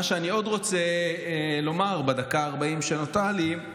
מה שאני עוד רוצה ב-1:40 הדקות שנותרו לי,